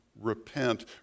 repent